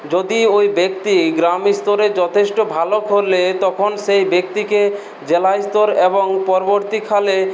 যদি ওই ব্যক্তি গ্রাম স্তরে যথেষ্ট ভালো করলে তখন সেই ব্যক্তিকে জেলা স্তর এবং পরবর্তী কালে